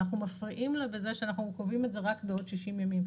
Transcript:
ואנחנו מפריעים לה בזה שאנחנו קובעים את זה רק בעוד 60 ימים.